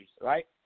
right